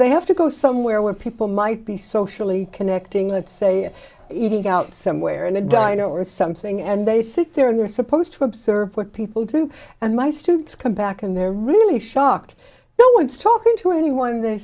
they have to go somewhere where people might be socially connecting let's say eating out somewhere in a diner or something and they sit there and they're supposed to observe what people do and my students come back and they're really shocked no one's talking to anyone they